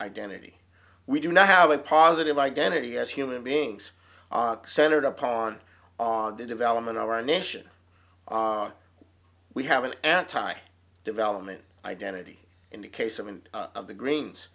identity we do not have a positive identity as human beings centered upon on the development of our nation we have an anti development identity in the case of and of the greens